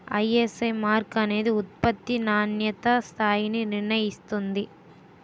ISI mark అనేది ఉత్పత్తి నాణ్యతా స్థాయిని నిర్ణయిస్తుంది